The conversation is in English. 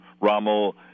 Rommel